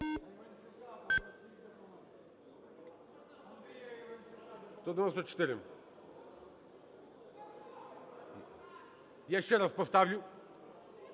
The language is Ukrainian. я ще раз поставлю,